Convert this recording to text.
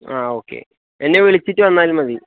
ആ ഓക്കെ എന്നെ വിളിച്ചിട്ട് വന്നാലും മതി